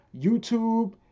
YouTube